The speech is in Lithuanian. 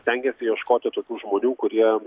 stengiasi ieškoti tokių žmonių kurie